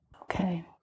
Okay